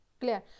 clear